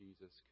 Jesus